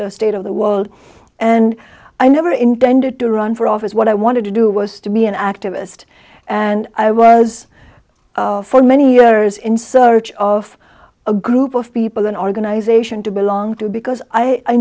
the state of the world and i never intended to run for office what i wanted to do was to be an activist and i was for many years in search of a group of people an organization to belong to because i